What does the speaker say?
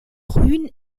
grün